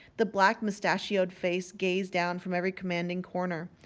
the black-moustachio'd face gazed down from every commanding corner.